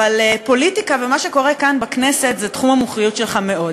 אבל פוליטיקה ומה שקורה כאן בכנסת זה תחום המומחיות שלך מאוד.